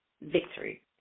victory